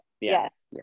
Yes